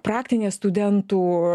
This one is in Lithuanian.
praktinė studentų